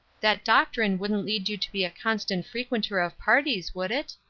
that doctrine wouldn't lead you to be a constant frequenter of parties, would it?